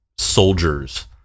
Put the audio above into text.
soldiers